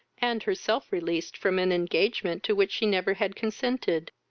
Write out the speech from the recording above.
and herself released from an engagement to which she never had consented